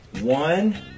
One